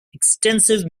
extensive